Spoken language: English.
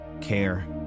care